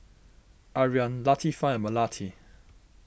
Aryan Latifa and Melati